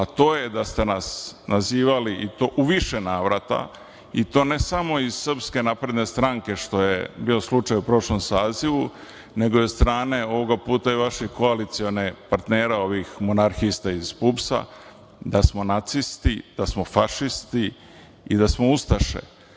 a to je da ste nas nazivali, i to u više navrata, i to ne samo iz SNS, što je bio slučaj u prošlom sazivu, nego i od strane ovoga puta i vaših koalicionih partnera, ovih monarhista iz PUPS-a, da smo nacisti, da smo fašisti i da smo ustaše.